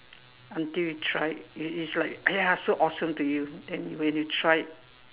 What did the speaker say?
until you try it is like !aiya! so awesome to you then when you try it